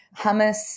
hummus